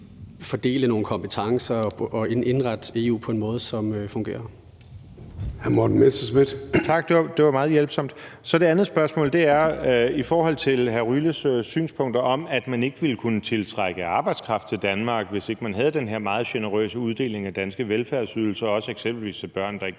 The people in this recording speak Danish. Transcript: fordele nogle kompetencer og indrette EU på en måde, som fungerer.